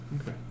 Okay